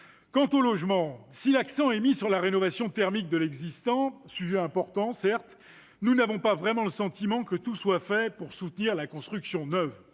Quant au logement, si l'accent est mis sur la rénovation thermique de l'existant- sujet certes important -, nous n'avons pas vraiment le sentiment que tout soit fait pour soutenir la construction neuve.